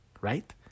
right